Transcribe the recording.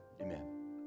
Amen